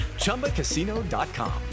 ChumbaCasino.com